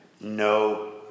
no